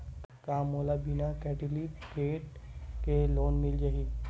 का मोला बिना कौंटलीकेट के लोन मिल जाही?